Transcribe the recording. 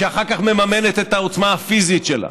שאחר כך מממנת את העוצמה הפיזית שלה,